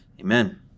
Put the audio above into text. Amen